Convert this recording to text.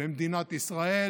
במדינת ישראל,